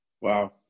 Wow